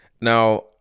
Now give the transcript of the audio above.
Now